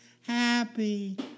happy